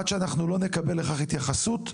עד שאנחנו לא נקבל לכך התייחסות,